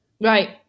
Right